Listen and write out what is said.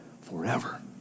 forever